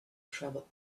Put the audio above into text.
travel